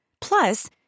Plus